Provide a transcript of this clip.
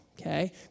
Okay